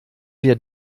wir